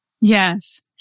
Yes